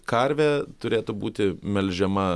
karvė turėtų būti melžiama